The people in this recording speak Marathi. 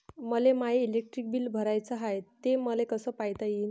मले माय इलेक्ट्रिक बिल भराचं हाय, ते मले कस पायता येईन?